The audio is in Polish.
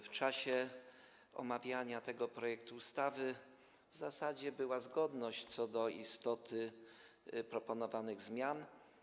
W czasie omawiania tego projektu ustawy w zasadzie była zgodność co do istoty proponowanych zmian.